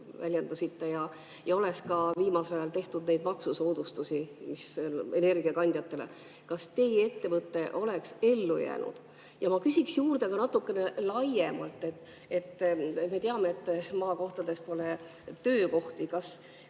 väljendasite, ja oleks ka viimasel ajal tehtud neid maksusoodustusi energiakandjatele, siis kas teie ettevõte oleks ellu jäänud? Ja ma küsiksin juurde ka natukene laiemalt. Me teame, et maakohtades pole töökohti. Kas